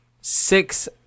Six